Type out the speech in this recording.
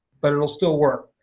but it will still work.